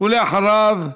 ואחריו,